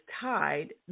tied